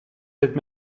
cette